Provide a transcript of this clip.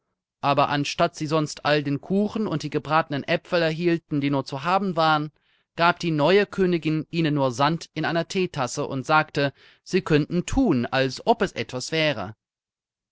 aber anstatt sie sonst all den kuchen und die gebratenen äpfel erhielten die nur zu haben waren gab die neue königin ihnen nur sand in einer theetasse und sagte sie könnten thun als ob es etwas wäre